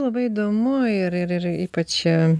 labai įdomu ir ir ir ypač čia